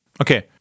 Okay